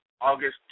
august